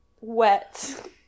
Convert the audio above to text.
Wet